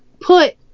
put